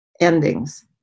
endings